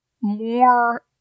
more